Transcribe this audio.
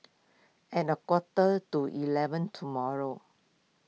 at a quarter to eleven tomorrow